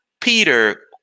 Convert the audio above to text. Peter